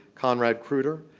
conrad kreuter,